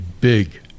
big